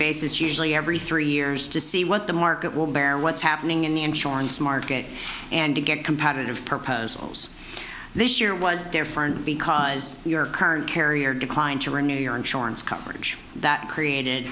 basis usually every three years to see what the market will bear what's happening in the insurance market and to get competitive proposals this year was different because your current carrier declined to renew your insurance coverage that created